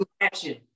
Action